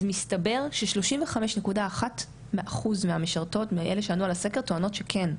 אז מסתבר ש- 35.1 אחוז מהמשרתות מאלה שענו על הסקר טוענות שכן,